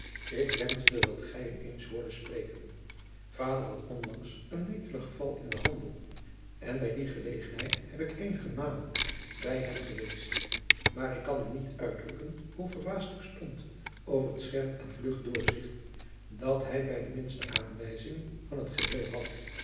ik wenschte dat gij hem eens hoorde sprekeu vader had onlangs een netelig geval in den handel en bij die gelegenheid heb ik eenige malen bij hem geweest maar ik kan u niet uitdrukken hoe verbaasd ik stond over het scherp en vlug doorzigt dat hij bij de minste aanwijzing van het geheel had